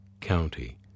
county